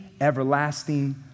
everlasting